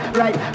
right